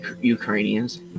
ukrainians